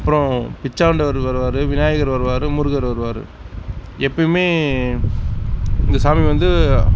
அப்புறோம் பிச்சாண்டவர் வருவார் விநாயகர் வருவார் முருகர் வருவார் எப்போயுமே இந்த சாமி வந்து